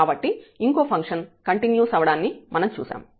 కాబట్టి ఇంకో function continuous అవ్వడాన్ని మనం చూశాము